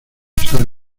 sal